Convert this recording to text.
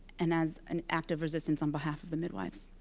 and as an act of resistance on behalf of the midwives.